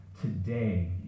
Today